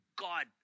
God